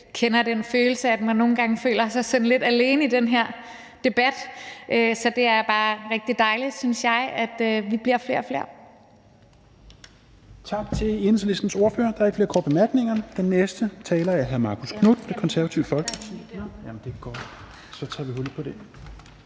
kender den følelse, at man nogle gange føler sig sådan lidt alene i den her debat, så det er bare rigtig dejligt, synes jeg, at vi bliver flere og flere.